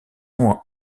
nom